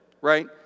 right